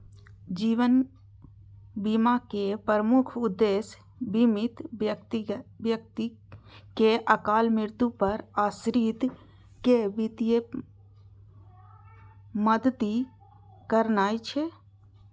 जीवन बीमाक प्रमुख उद्देश्य बीमित व्यक्तिक अकाल मृत्यु पर आश्रित कें वित्तीय मदति करनाय छै